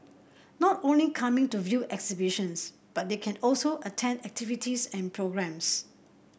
not only coming to view exhibitions but they can also attend activities and programmes